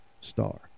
star